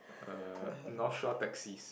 uh North Shore taxis